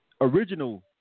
original